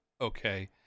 Okay